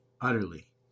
utterly